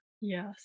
Yes